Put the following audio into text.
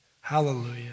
Hallelujah